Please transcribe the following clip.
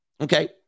okay